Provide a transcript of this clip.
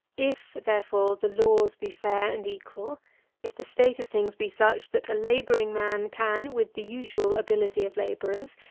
if, therefore, the laws be fair and equal if the state of things be such that a labouring man can, with the usual ability of labourers,